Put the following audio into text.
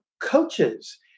coaches